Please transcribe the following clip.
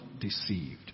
deceived